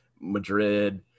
madrid